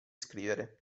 scrivere